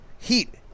Heat